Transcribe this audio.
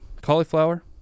Cauliflower